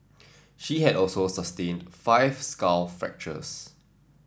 she had also sustained five skull fractures